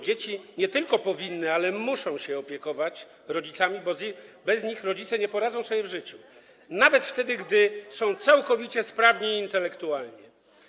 Dzieci nie tylko powinny, ale też muszą opiekować się rodzicami, bo bez nich rodzice nie poradzą sobie w życiu, nawet wtedy gdy są całkowicie sprawni intelektualnie.